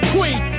Queen